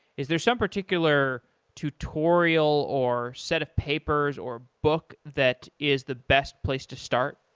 is there some particular tutorial or set of papers or book that is the best place to start?